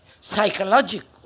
psychological